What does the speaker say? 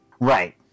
Right